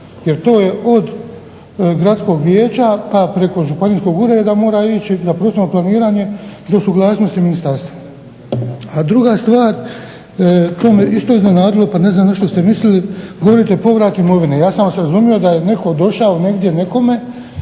jer to je od gradskog vijeća pa preko županijskog ureda mora ići na prostorno planiranje do suglasnosti ministarstva. A druga stvar to me isto iznenadilo pa ne znam na što ste mislili, govorite povrat imovine. Ja sam vas razumio da je netko došao negdje nekome